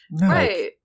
Right